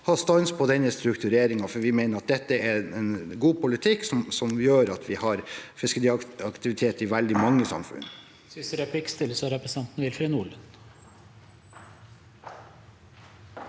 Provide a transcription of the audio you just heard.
en stans i denne struktureringen, for vi mener at det er en god politikk som vil gjøre at vi får fiskeriaktivitet i veldig mange samfunn.